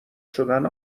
شدن